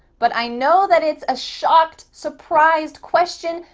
but i know that it's a shocked, surprised question,